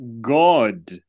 God